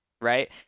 right